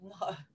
No